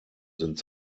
sind